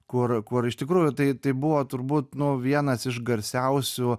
kur kur iš tikrųjų tai tai buvo turbūt nu vienas iš garsiausių